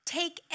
take